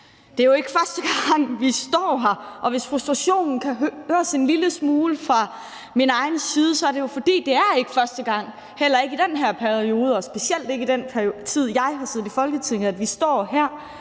Det er jo ikke første gang, vi står her, og hvis frustrationen kan høres en lille smule fra min side, er det, fordi det ikke er første gang, heller ikke i den her periode, og specielt ikke i den tid, jeg har siddet i Folketinget, vi står herinde